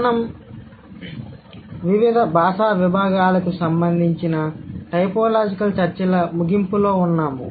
మనం వివిధ భాషా విభాగంలకు సంబంధించిన టైపోలాజికల్ చర్చల ముగింపులో ఉన్నాము